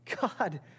God